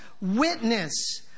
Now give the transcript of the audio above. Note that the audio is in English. witness